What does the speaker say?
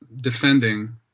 defending